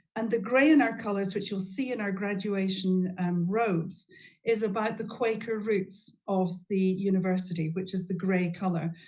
and the gray in our colors which you'll see in our graduation rose is about the quaker roots of the university which shfer is the gray color.